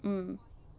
mm